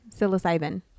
psilocybin